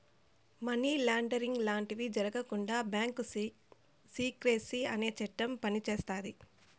money laundering లాంటివి జరగకుండా bank secrecy అనే చట్టం పనిచేస్తాది